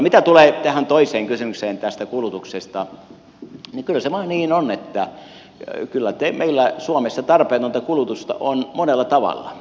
mitä tulee tähän toiseen kysymykseen tästä kulutuksesta niin kyllä se vain niin on että kyllä meillä suomessa tarpeetonta kulutusta on monella tavalla